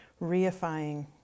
reifying